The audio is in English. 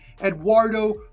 Eduardo